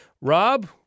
Rob